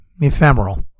ephemeral